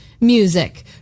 Music